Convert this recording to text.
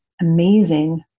amazing